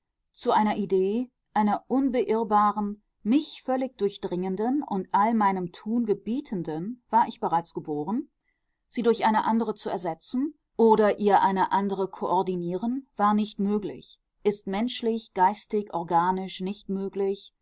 zu einer idee einer unbeirrbaren mich völlig durchdringenden und all meinem tun gebietenden war ich bereits geboren sie durch eine andere zu ersetzen oder ihr eine andere koordinieren war nicht möglich ist menschlich geistig organisch nicht möglich